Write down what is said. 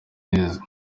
neza